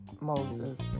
Moses